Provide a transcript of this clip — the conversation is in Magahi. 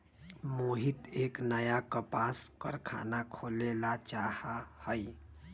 मोहित एक नया कपास कारख़ाना खोले ला चाहा हई